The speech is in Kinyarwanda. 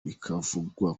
bikavugwa